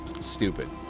Stupid